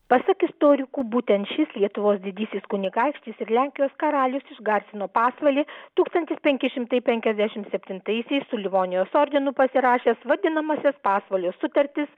pasak istorikų būtent šis lietuvos didysis kunigaikštis ir lenkijos karalius išgarsino pasvalį tūkstantis penki šimtai penkiasdešimt septintaisiais su livonijos ordinu pasirašęs vadinamąsias pasvalio sutartis